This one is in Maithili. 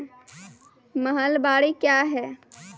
महलबाडी क्या हैं?